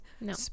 No